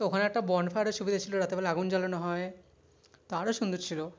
তো ওখানে একটা বনফায়ারের সুবিধে ছিল রাতেরবেলা আগুন জ্বালানো হয় তা আরও সুন্দর ছিল